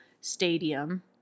stadium